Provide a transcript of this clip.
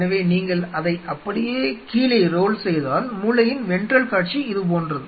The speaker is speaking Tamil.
எனவே நீங்கள் அதை அப்படியே கீழே ரோல் செய்தால் மூளையின் வென்ட்ரல் காட்சி இது போன்றது